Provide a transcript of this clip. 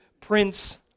prince